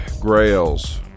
Grail's